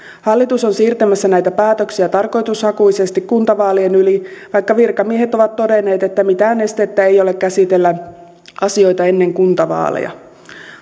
hallitus on siirtämässä näitä päätöksiä tarkoitushakuisesti kuntavaalien yli vaikka virkamiehet ovat todenneet että mitään estettä ei ole käsitellä asioita ennen kuntavaaleja